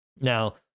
now